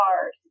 cars